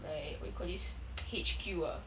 like what you call this H_Q ah